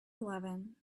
eleven